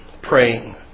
praying